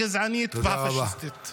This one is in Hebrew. הגזענית והפשיסטית.